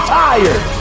tired